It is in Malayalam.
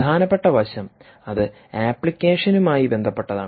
പ്രധാനപ്പെട്ട വശം അത് ആപ്ലിക്കേഷനുമായി ബന്ധപ്പെട്ടതാണ്